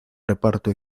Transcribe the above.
reparto